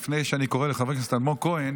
לפני שאני קורא לחבר הכנסת אלמוג כהן,